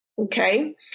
Okay